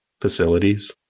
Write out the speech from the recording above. facilities